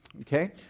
Okay